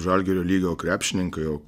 žalgirio lygio krepšininkai o